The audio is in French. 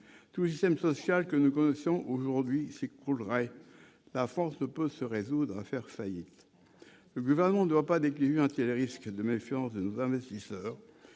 tout système social que caution aujourd'hui s'écroulerait, la France ne peut se résoudre à faire faillite, le gouvernement doit pas des clients qui risquent de méfiance, de nous investisseurs